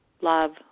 love